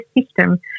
system